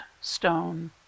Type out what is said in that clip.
stone